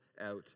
out